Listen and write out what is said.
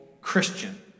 Christian